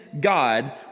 God